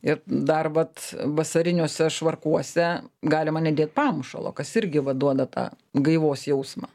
ir dar vat vasariniuose švarkuose galima nedėt pamušalo kas irgi va duoda tą gaivos jausmą